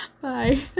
Bye